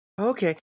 Okay